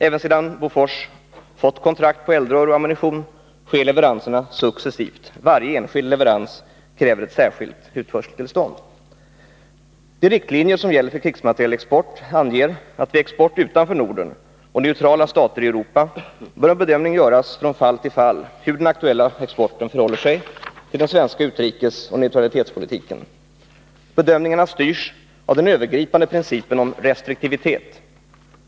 Även sedan AB Bofors fått kontrakt på eldrör och ammunition sker leveranserna successivt. Varje enskild leverans kräver ett särskilt utförseltillstånd. De riktlinjer som gäller för krigsmaterielexport anger att vid export utanför Norden och neutrala stater i Europa, bör en bedömning göras från fall till fall hur den aktuella exporten förhåller sig till den svenska utrikesoch neutralitetspolitiken. Bedömningarna styrs av den övergripande principen om restriktivitet.